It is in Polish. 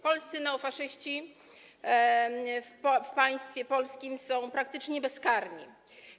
Polscy neofaszyści w państwie polskim są praktycznie bezkarni.